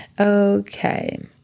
okay